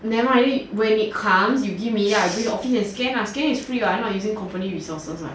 never mind when it comes you give me then I bring to office and scan ah scan is free what I not using company resources what